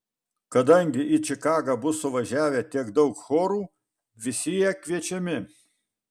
kadangi į čikagą bus suvažiavę tiek daug chorų visi jie kviečiami